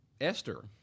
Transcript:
Esther